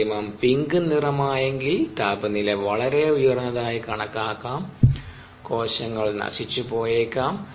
മാധ്യമം പിങ്ക് നിറമായെങ്കിൽ താപനില വളരെ ഉയർന്നതായി കണക്കാകാം കോശങ്ങൾ നശിച്ചു പോയേക്കാം